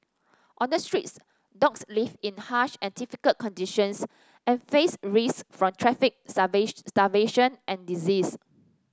on the streets dogs live in harsh and difficult conditions and face risks from traffic starvation and disease